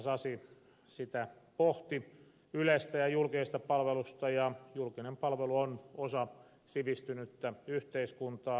sasi sitä pohti ylestä ja julkisesta palvelusta ja julkinen palvelu on osa sivistynyttä yhteiskuntaa